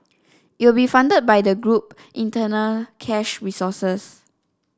it will be funded by the group internal cash resources